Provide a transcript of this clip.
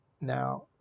now